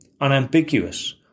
unambiguous